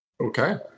Okay